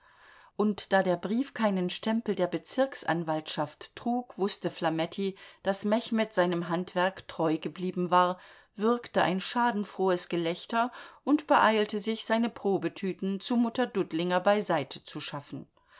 und da der brief keinen stempel der bezirksanwaltschaft trug wußte flametti daß mechmed seinem handwerk treu geblieben war würgte ein schadenfrohes gelächter und beeilte sich seine probetüten zu mutter dudlinger beiseite zu schaffen